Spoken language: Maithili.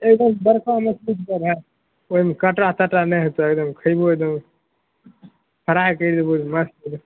एगो बड़का मछली सब हइ ओहिमे काँटा ताँटा नहि हेतै एगदम खएबहो एगदम हरै करि देबहो एगदम मस्त